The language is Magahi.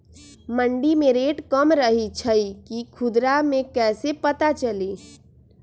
मंडी मे रेट कम रही छई कि खुदरा मे कैसे पता चली?